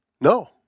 No